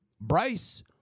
Bryce